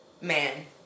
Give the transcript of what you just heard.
Man